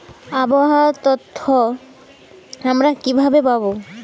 আবহাওয়ার তথ্য আমরা কিভাবে পাব?